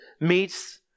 Meets